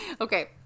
Okay